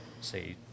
say